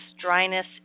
dryness